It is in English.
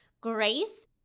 grace